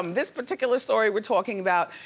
um this particular story we're talking about,